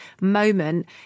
moment